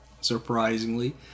surprisingly